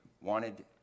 wanted